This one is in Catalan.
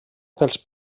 pels